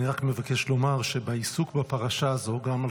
אני רק מבקש לומר שבעיסוק בפרשה הזו גם על